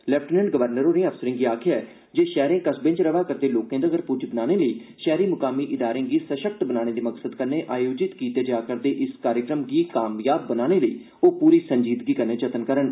lieutenant governor होरें अफसरें गी आखेआ जे शैहरे कस्बें च रवा करदे लोकें तगर पुज्ज बनाने लेई शैहरी मुकामी इदारें गी सशक्त बनाने दे मकसद कन्नै आयोजित कीते जा करदे इस कार्यक्रम गी कामयाब बनाने लेई ओह पूरी संजीदगी कन्नै जतन करन